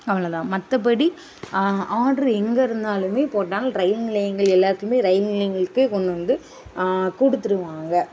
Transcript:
அவ்வளவுதான் மற்றபடி ஆட்ரு எங்கே இருந்தாலுமே போட்டாலும் ரயில் நிலையங்கள் எல்லாத்லேயுமே ரயில் நிலையங்களுக்கே கொண்டு வந்து கொடுத்துருவாங்க